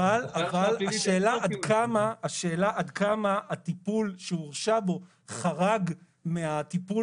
אבל השאלה עד כמה הטיפול שהוא הורשע בו חרג מהטיפול